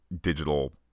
digital